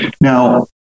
Now